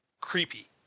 creepy